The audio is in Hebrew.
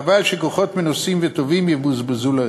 חבל שכוחות מנוסים וטובים יבוזבזו לריק.